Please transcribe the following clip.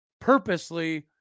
purposely